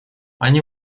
они